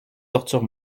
torture